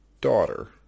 daughter